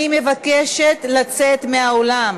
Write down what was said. אני מבקשת לצאת מהאולם.